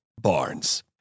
barnes